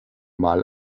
mal